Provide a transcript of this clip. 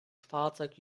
fahrzeug